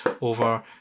over